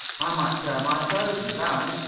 i might tear my trousers, and,